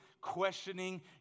questioning